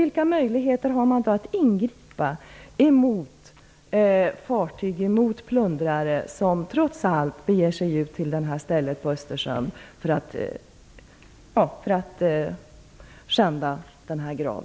Vilka möjligheter har man att ingripa mot plundrare som trots allt beger sig ut till detta ställe på Östersjön för att skända denna grav?